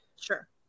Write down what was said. Sure